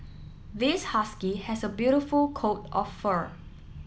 this husky has a beautiful coat of fur